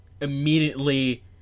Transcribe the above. immediately